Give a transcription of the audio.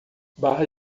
barra